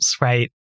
right